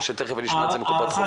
או שתיכף נשמע את זה מקופות החולים.